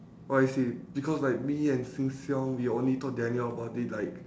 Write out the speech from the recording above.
oh I see because like me and seng-siong we only told daniel about it like